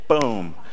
boom